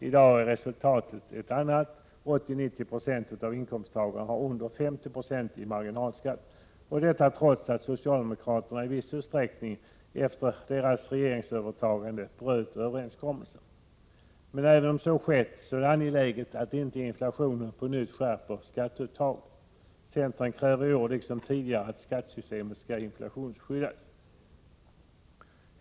I dag är läget ett annat: 80-90 9 av inkomsttagarna har under 50 96 i marginalskatt, och detta trots att socialdemokraterna i viss utsträckning bröt överenskommelsen efter regeringsövertagandet. Men även om så skett är det angeläget att inte inflationen på nytt skärper skatteuttaget. Centern kräver i år liksom tidigare att skattesystemet skall inflationsskyddas.